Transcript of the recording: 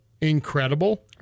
incredible